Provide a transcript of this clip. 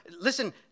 listen